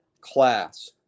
class